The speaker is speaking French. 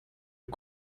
aux